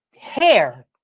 hair